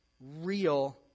real